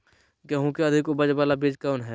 गेंहू की अधिक उपज बाला बीज कौन हैं?